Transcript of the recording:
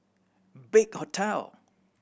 Big Hotel